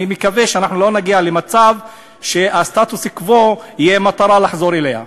אני מקווה שאנחנו לא נגיע למצב שהסטטוס קוו יהיה מטרה לחזור אליה.